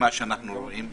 במה שאנו רואים,